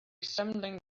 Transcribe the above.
assembling